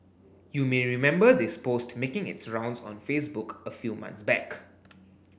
you may remember this post making its rounds on Facebook a few months back